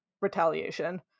retaliation